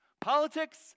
Politics